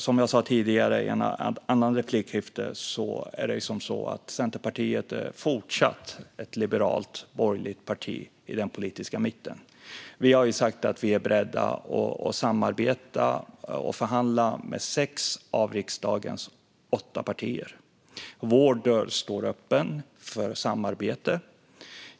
Som jag sa tidigare i ett annat replikskifte är Centerpartiet fortsatt ett liberalt, borgerligt parti i den politiska mitten. Vi har sagt att vi är beredda att samarbeta och förhandla med sex av riksdagens åtta partier. Vår dörr står öppen för samarbete.